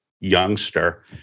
youngster